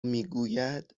میگوید